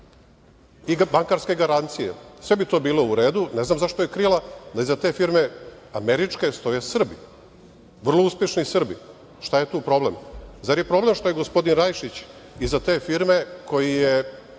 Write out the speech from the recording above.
i bankarske garancije. Sve bi to bilo u redu, ne znam zašto je krila da iza te firme, američke, stoje Srbi, vrlo uspešni Srbi. Šta je tu problem? Zar je problem što je gospodin Rajišić iza te firme, koji je